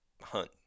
hunt